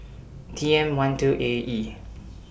T M one two A E